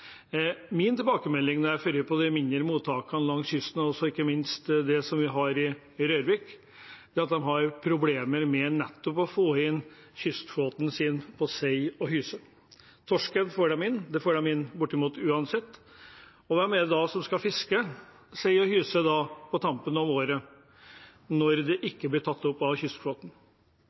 jeg har vært på de mindre mottakene langs kysten og ikke minst det vi har i Rørvik, er at de har problemer med nettopp å få inn sei og hyse fra kystflåten. Torsken får de inn, den får de inn uansett. Hvem er det da som skal fiske sei og hyse på tampen av året når de ikke blir tatt opp av kystflåten?